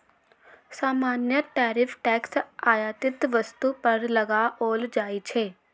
सामान्यतः tariff tax आयातित वस्तु पर लगाओल जाइ छै